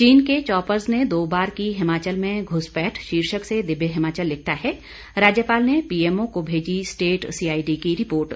चीन के चौपर्स ने दो बार की हिमाचल में घ्सपैठ शीर्षक से दिव्य हिमाचल लिखता है राज्यपाल ने पीएमओ को भेजी स्टेट सीआईडी की रिपोर्ट